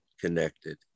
connected